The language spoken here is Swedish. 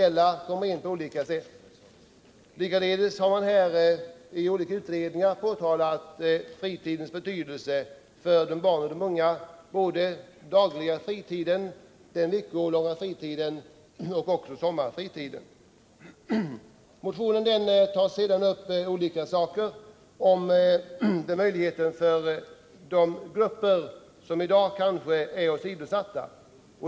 Likaledes har i olika utredningar påtalats fritidens betydelse för barn och ungdom, både den dagliga fritiden, den veckolånga fritiden och sommarfritiden. Motionen tar sedan upp olika saker om möjligheten för de grupper som i dag kanske är åsidosatta.